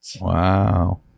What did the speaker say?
Wow